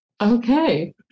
Okay